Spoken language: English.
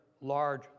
large